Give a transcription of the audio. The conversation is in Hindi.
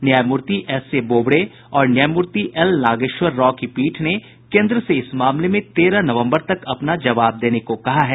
न्यायमूर्ति एस ए बोबड़े और न्यायमूर्ति एल नागेश्वर राव की पीठ ने कोन्द्र से इस मामले में तेरह नवम्बर तक अपना जबाव देने को कहा है